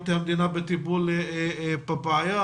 בטיפול בבעיה.